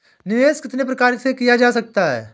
निवेश कितनी प्रकार से किया जा सकता है?